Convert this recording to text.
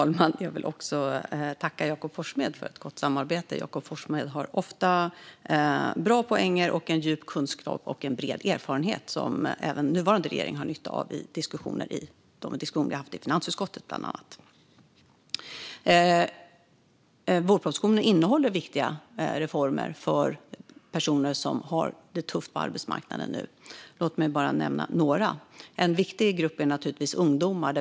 Fru talman! Jag vill också tacka Jakob Forssmed för ett gott samarbete. Jakob Forssmed har ofta bra poänger och en djup kunskap och en bred erfarenhet som även nuvarande regering har nytta av, bland annat i de diskussioner vi har haft i finansutskottet. Vårpropositionen innehåller viktiga reformer för personer som nu har det tufft på arbetsmarknaden. Låt mig bara nämna några! En viktig grupp är naturligtvis ungdomar.